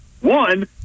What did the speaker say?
One